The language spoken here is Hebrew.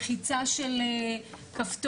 לחיצה של כפתור,